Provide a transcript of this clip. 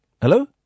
Hello